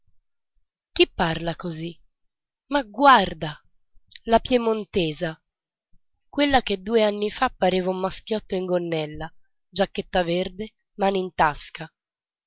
chi parla così ma guarda la piemontesa quella che due anni fa pareva un maschiotto in gonnella giacchetta verde mani in tasca